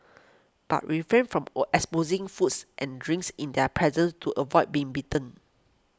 but refrain from own exposing foods and drinks in their presence to avoid being bitten